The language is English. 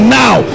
now